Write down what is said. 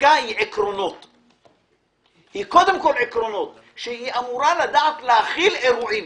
חקיקה היא קודם כול עקרונות והיא אמורה לדעת להכיל אירועים